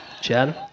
Jen